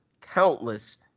countless